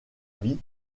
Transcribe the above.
vie